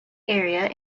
area